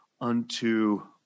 unto